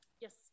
Yes